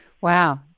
Wow